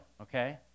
okay